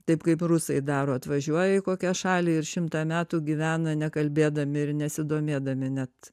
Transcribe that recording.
taip kaip rusai daro atvažiuoja į kokią šalį ir šimtą metų gyvena nekalbėdami ir nesidomėdami net